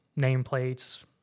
nameplates